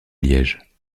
liège